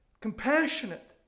compassionate